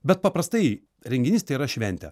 bet paprastai renginys tai yra šventė